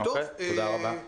תודה רבה.